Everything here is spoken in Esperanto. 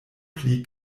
pli